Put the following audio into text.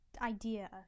idea